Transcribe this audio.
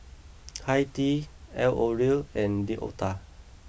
Hi Tea L'Oreal and D Oetker